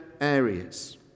areas